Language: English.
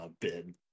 bid